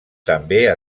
també